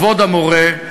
כבוד המורה,